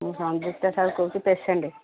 ମୁଁ ସଂଯୁକ୍ତା ସାହୁ କହୁଛି ପେସେଣ୍ଟ